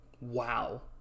wow